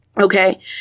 Okay